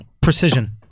Precision